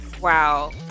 wow